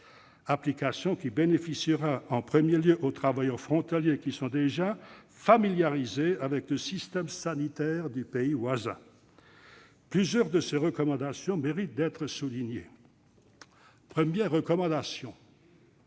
application bénéficiera en premier lieu aux travailleurs frontaliers qui sont déjà familiarisés avec le système sanitaire du pays voisin. Plusieurs de ces recommandations méritent d'être soulignées. Premièrement,